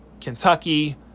Kentucky